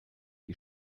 die